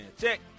Check